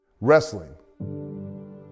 Wrestling